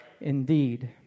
indeed